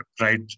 right